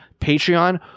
Patreon